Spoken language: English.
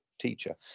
teacher